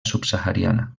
subsahariana